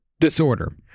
Disorder